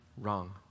wrong